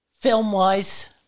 Film-wise